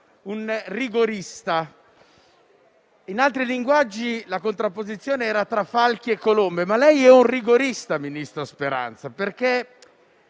un rigorista. In altri linguaggi la contrapposizione era tra falchi e colombe, ma lei è un rigorista, ministro Speranza, perché